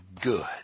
good